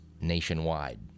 nationwide